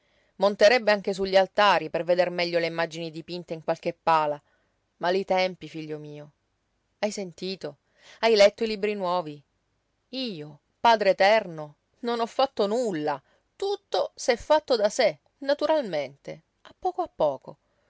monterebbe anche su gli altari per veder meglio le immagini dipinte in qualche pala mali tempi figlio mio hai sentito hai letto i libri nuovi io padre eterno non ho fatto nulla tutto s'è fatto da sé naturalmente a poco a poco